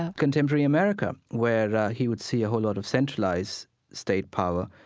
ah contemporary america where he would see a whole lot of centralized state power,